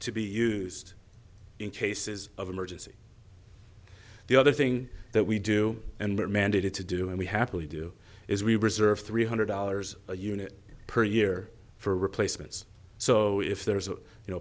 to be used in cases of emergency the other thing that we do and are mandated to do and we happily do is we reserve three hundred dollars a unit per year for replacements so if there is you know